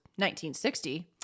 1960